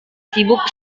sibuk